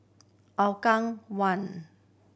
Hougang One